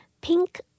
pink